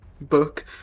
book